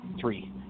Three